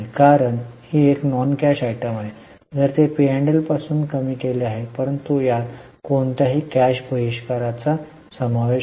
कारण ही एक नॉन कॅश आयटम आहे जरी ती पी आणि पासून कमी केली गेली आहे परंतु यात कोणत्याही कॅश बहिष्काराचा समावेश नाही